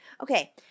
Okay